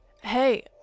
Hey